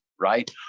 Right